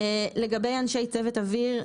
לגבי אנשי צוות אוויר,